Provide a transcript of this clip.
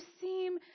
seem